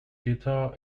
guitar